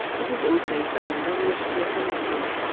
it is also found on the istria peninsula,